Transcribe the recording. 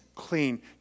Clean